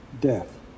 death